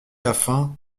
afin